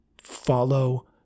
follow